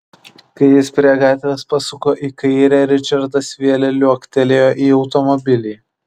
kai jis prie gatvės pasuko į kairę ričardas vėl liuoktelėjo į automobilį